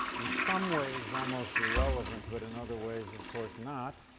in some ways almost irrelevant, but, in other ways, of course not.